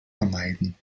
vermeiden